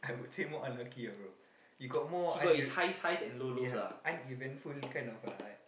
I would say more unlucky ah bro you got more un~ ya uneventful kind of uh